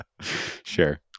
Sure